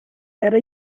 era